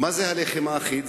מה זה הלחם האחיד?